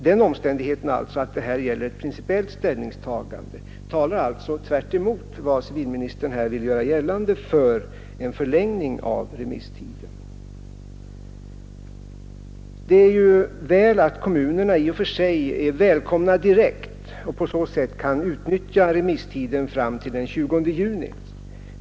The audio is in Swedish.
Den omständigheten att det här gäller ett principiellt ställningstagande talar sålunda — tvärtemot vad civilministern här ville göra gällande — för en förlängning av remisstiden. Det är bra att kommunerna är välkomna med sina speciella synpunkter direkt till departementet, så att de kan utnyttja remisstiden fram till den 20 juni.